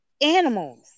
animals